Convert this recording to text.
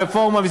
רפורמה.